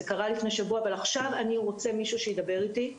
זה קרה לפני שבוע אבל עכשיו אני רוצה מישהו שידבר איתי,